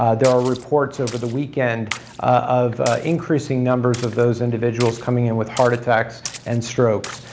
ah there are reports over the weekend of increasing numbers of those individuals coming in with heart attacks and strokes,